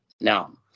now